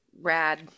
rad